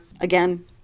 again